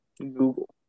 Google